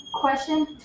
Question